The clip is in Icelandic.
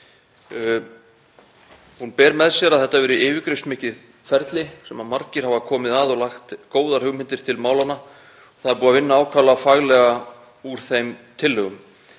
Hún ber með sér að þetta hafi verið yfirgripsmikið ferli sem margir hafa komið að og lagt góðar hugmyndir til málanna. Búið er að vinna ákaflega faglega úr þeim tillögum